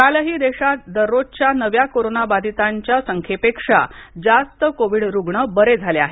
कालही देशात दररोजच्या नव्या कोरोना बाधितांच्या संख्येपेक्षा जास्त कोविड रुग्ण बरे झाले आहेत